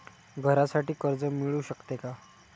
घरासाठी कर्ज मिळू शकते का?